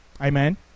amen